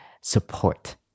support